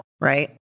right